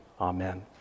Amen